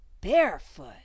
barefoot